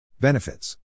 Benefits